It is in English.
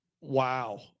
Wow